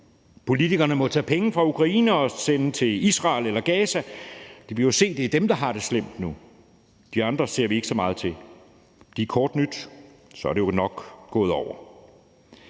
Politikerne må tage penge fra ukrainerne og sende dem til Israel eller Gaza, for vi kan jo se, at det er dem, der har det slemt nu. De andre ser vi ikke så meget til. De er kort nyt, og så er det jo nok gået over.